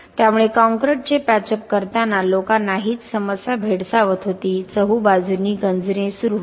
त्यामुळे काँक्रिटचे पॅचअप करताना लोकांना हीच समस्या भेडसावत होती चहूबाजूंनी गंजणे सुरू होते